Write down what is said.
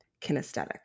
kinesthetic